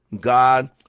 god